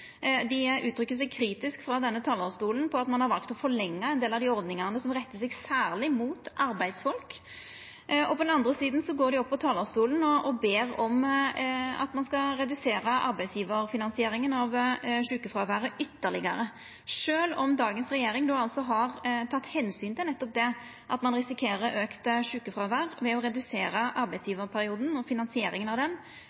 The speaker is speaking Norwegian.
Dei uttrykkjer seg frå denne talarstolen kritisk til at ein har valt å forlengja ein del av dei ordningane som rettar seg særleg mot arbeidsfolk. På den andre sida går dei opp på talarstolen og ber om at ein skal redusera arbeidsgjevarfinansieringa av sjukefråværet ytterlegare – sjølv om dagens regjering har teke omsyn til nettopp det at ein risikerer auka sjukefråvær, ved å redusera